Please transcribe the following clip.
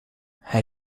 hij